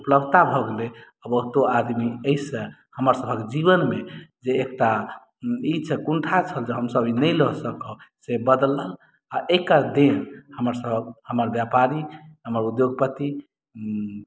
उपलब्धता भऽ गेलै आ बहुतो आदमी अइ से हमरसभक जीवनमे जे एकटा ई छल कुंठा छल जे हमसभ ई नहि लऽ सकब से बदलल आ एकर देन हमरसभक हमर व्यापारी हमर उद्योगपति